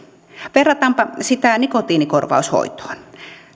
verrataanpa sitä nikotiinikorvaushoitoon